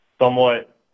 somewhat